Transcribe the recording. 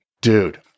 dude